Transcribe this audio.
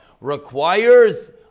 requires